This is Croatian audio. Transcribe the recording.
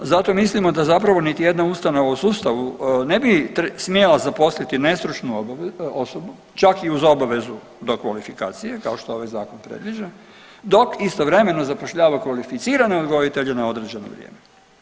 Zato mislimo da zapravo niti jedna ustanova u sustavu ne bi smjela zaposliti nestručnu osobu čak i uz obavezu dokvalifikacije kao što ovaj zakon predviđa dok istovremeno zapošljava kvalificirane odgojitelje na određeno vrijeme.